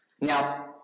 Now